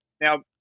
now